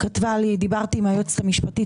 דיברתי עם היועצת המשפטית,